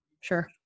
Sure